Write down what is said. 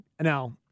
Now